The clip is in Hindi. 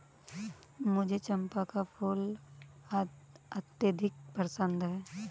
मुझे चंपा का फूल अत्यधिक पसंद है